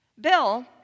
Bill